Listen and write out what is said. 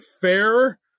fair